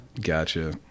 Gotcha